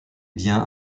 biens